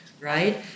right